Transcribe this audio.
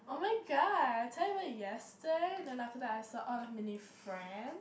[oh]-my-god I tell you about yester~ and then after that I saw all of Min-Yi friend